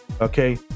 Okay